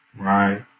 right